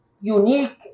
unique